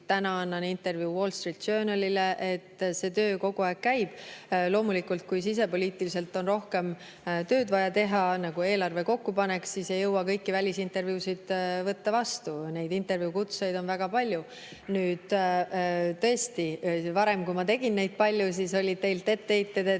täna annan intervjuu Wall Street Journalile. Nii et töö kogu aeg käib. Loomulikult, kui sisepoliitiliselt on rohkem tööd vaja teha, nagu eelarve kokkupanek, siis ei jõua kõiki välisintervjuu kutseid vastu võtta. Neid intervjuukutseid on väga palju. Tõesti, varem, kui ma tegin neid palju, siis olid teil etteheited,